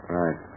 right